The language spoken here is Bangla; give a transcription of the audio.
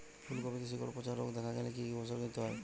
ফুলকপিতে শিকড় পচা রোগ দেখা দিলে কি কি উপসর্গ নিতে হয়?